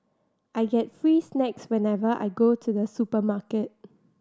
I get free snacks whenever I go to the supermarket